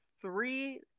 three